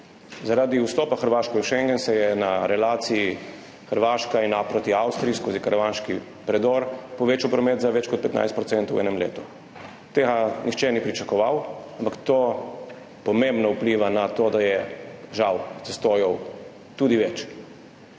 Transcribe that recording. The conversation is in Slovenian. zaradi vstopa Hrvaške v šengen se je na relaciji Hrvaška in proti Avstriji skozi karavanški predor povečal promet za več kot 15 % v enem letu. Tega nihče ni pričakoval, ampak to pomembno vpliva na to, da je žal zastojev tudi več.